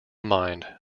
mined